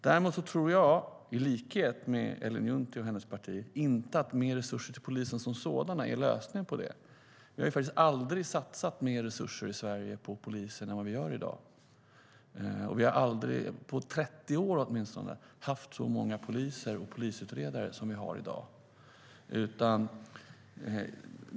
Däremot tror jag, i likhet med Ellen Juntti och hennes parti, inte att mer resurser till polisen är lösningen på detta. Vi har ju faktiskt aldrig satsat mer resurser på polisen i Sverige än vi gör i dag, och vi har inte haft så många poliser och polisutredare som vi har i dag på åtminstone 30 år.